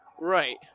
Right